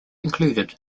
included